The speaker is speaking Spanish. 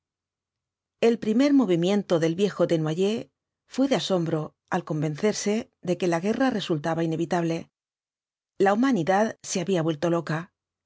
el primer movimiente del viejo desnoyers fué de asombro al convencerse de que la guerra resultaba inevitable la humanidad se había vuelto loca